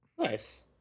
Nice